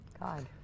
God